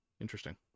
Interesting